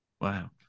Wow